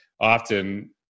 often